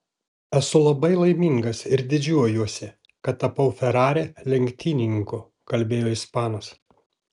esu labai laimingas ir didžiuojuosi kad tapau ferrari lenktynininku kalbėjo ispanas